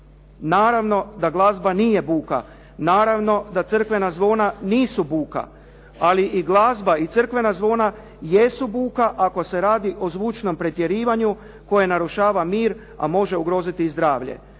Naravno da glazba nije buka, naravno da crkvena zvona buka. Ali i glazba i crkvena zvona jesu buka ako se radi o zvučnom pretjerivanju koja narušava mir, a može ugroziti i zdravlje.